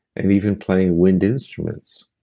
and even playing wind instruments,